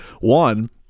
One